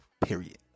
period